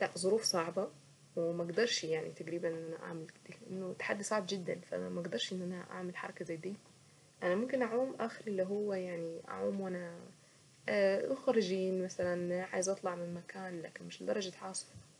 لا ظروف صعبة وما اقدرش يعني تقريبا اعمل كده لانه تحدي صعب جدا فما اقدرش ان انا اعمل حركة زي دي انا ممكن اعوم اخري اللي هو يعني اعوم وانا اخرج عايزة اطلع من مكان لكن مش لدرجة عاصفة.